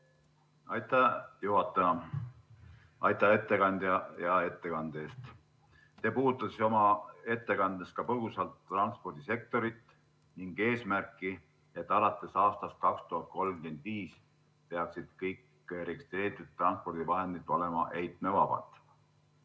Aitäh, juhataja! Aitäh, ettekandja, hea ettekande eest! Te puudutasite oma ettekandes põgusalt ka transpordisektorit ning eesmärki, et alates aastast 2035 peaksid kõik registreeritud transpordivahendid olema heitmevabad.